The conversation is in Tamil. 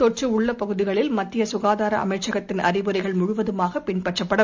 தொற்றுஉள்ள பகுதிகளில் மத்தியசுகாதாரஅமைச்சகத்தின் அறிவுரைகள் முழுவதுமாகபின்பற்றப்படும்